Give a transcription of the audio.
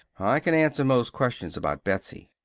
i can answer most questions about betsy!